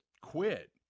quit